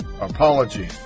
apology